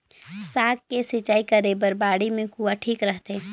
साग के सिंचाई करे बर बाड़ी मे कुआँ ठीक रहथे?